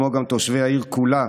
כמו גם תושבי העיר כולה,